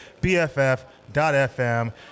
BFF.FM